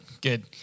Good